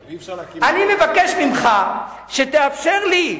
אני מבקש ממך שתאפשר לי,